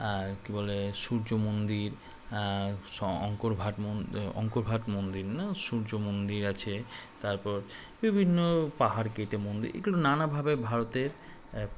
আর কী বলে সূর্য মন্দিরআংকর বাট ম আংকর বাট মন্দির না সূর্য মন্দির আছে তারপর বিভিন্ন পাহাড় কেটে মন্দির এগুলো নানাভাবে ভারতের